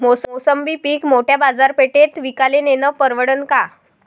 मोसंबी पीक मोठ्या बाजारपेठेत विकाले नेनं परवडन का?